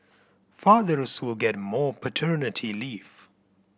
fathers will get more paternity leave